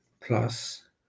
plus